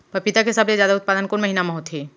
पपीता के सबले जादा उत्पादन कोन महीना में होथे?